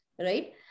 right